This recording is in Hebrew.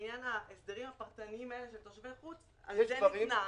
רק לעניין ההסדרים הפרטניים האלה של תושבי חוץ ניתנה הארכה.